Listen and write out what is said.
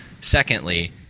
Secondly